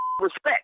respect